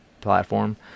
platform